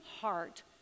heart